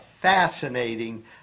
fascinating